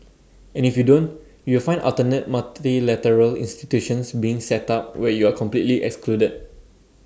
and if you don't you will find alternate multilateral institutions being set up where you are completely excluded